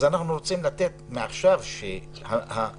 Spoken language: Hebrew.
אנחנו רוצים לתת מעכשיו שהממונה